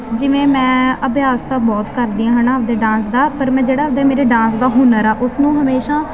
ਜਿਵੇਂ ਮੈਂ ਅਭਿਆਸ ਤਾਂ ਬਹੁਤ ਕਰਦੀ ਹਾਂ ਹੈ ਨਾ ਆਪਦੇ ਡਾਂਸ ਦਾ ਪਰ ਮੈਂ ਜਿਹੜਾ ਆਪਦੇ ਮੇਰੇ ਡਾਂਸ ਦਾ ਹੁਨਰ ਆ ਉਸ ਨੂੰ ਹਮੇਸ਼ਾ